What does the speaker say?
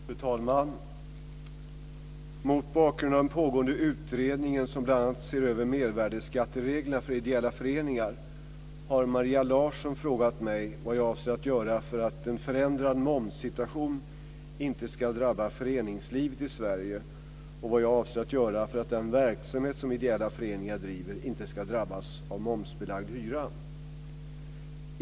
Fru talman! Mot bakgrund av den pågående utredningen , som bl.a. ser över mervärdesskattereglerna för ideella föreningar har Maria Larsson frågat mig vad jag avser att göra för att en förändrad momssituation inte ska drabba föreningslivet i Sverige och vad jag avser att göra för att den verksamhet som ideella föreningar driver inte ska drabbas av momsbelagd hyra.